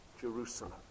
Jerusalem